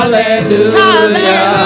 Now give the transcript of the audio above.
Hallelujah